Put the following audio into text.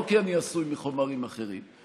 לא כי אני עשוי מחומרים אחרים.